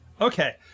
Okay